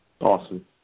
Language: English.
Awesome